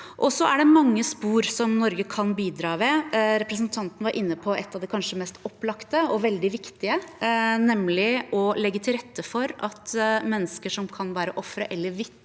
Så er det mange spor som Norge kan bidra langs. Representanten var inne på et av de kanskje mest opplagte og veldig viktige, nemlig å legge til rette for at mennesker som kan være offer for eller vitne